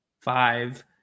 five